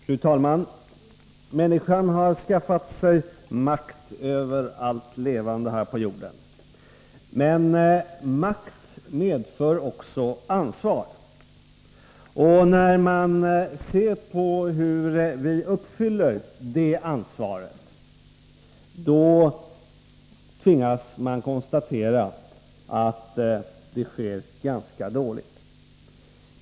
Fru talman! Människan har skaffat sig makt över allt levande här på jorden. Men makt medför också ansvar. Tyvärr tvingas man konstatera att vi uppfyller det ansvaret ganska dåligt.